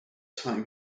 time